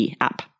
app